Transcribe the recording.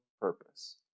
purpose